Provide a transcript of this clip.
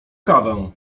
kawę